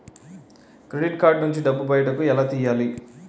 Credit card నుంచి డబ్బు బయటకు ఎలా తెయ్యలి?